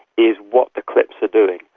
is what the clips are doing.